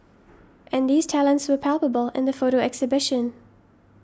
and these talents were palpable in the photo exhibition